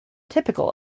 typical